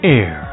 Air